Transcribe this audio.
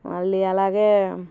మళ్ళీ అలాగే